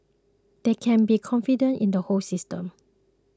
they can be confident in the whole system